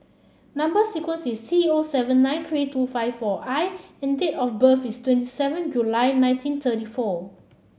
number sequence is T O seven nine three two five four I and date of birth is twenty seven July nineteen thirty four